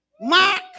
Mark